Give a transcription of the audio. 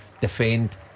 Defend